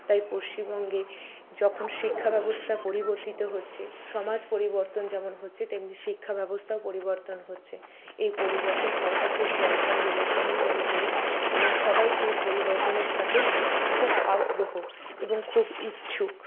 তাই পশ্চিমবঙ্গে যখন শিক্ষা ব্যবস্থা পরিবর্তিত হচ্ছে সমাজ পরিবর্তন যেমন হচ্ছে তেমনি শিক্ষা ব্যবস্থাও পরিবর্তন হচ্ছে এই পরিবর্তন হওয়াটা খুব দরকার বলে আমি মনে করি এবং সবাই এই পরিবর্তনের সাথে খুব আগ্রহ এবং খুব ইচ্ছুক